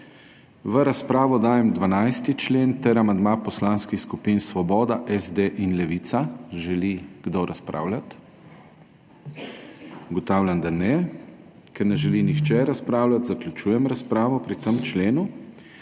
V razpravo dajem 12. člen ter amandma poslanskih skupin Svoboda, SD in Levica. Želi kdo razpravljati? Ugotavljam, da ne. Ker ne želi nihče razpravljati, zaključujem razpravo pri tem členu.